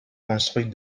construit